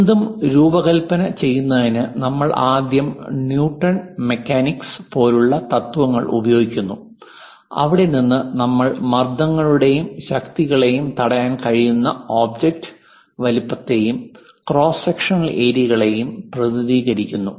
എന്തും രൂപകൽപ്പന ചെയ്യുന്നതിന് നമ്മൾ ആദ്യം ന്യൂട്ടൺ മെക്കാനിക്സ് പോലുള്ള തത്ത്വങ്ങൾ ഉപയോഗിക്കുന്നു അവിടെ നിന്ന് നമ്മൾ മർദ്ദങ്ങളുടെയും ശക്തികളെയും തടയാൻ കഴിയുന്ന ഒബ്ജക്റ്റ് വലുപ്പത്തെയും ക്രോസ് സെക്ഷണൽ ഏരിയകളെയും പ്രതിനിധീകരിക്കുന്നു